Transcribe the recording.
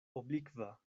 oblikva